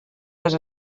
les